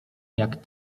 jak